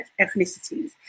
ethnicities